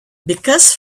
because